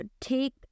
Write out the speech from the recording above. take